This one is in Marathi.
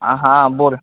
हा हा बोल